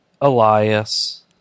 Elias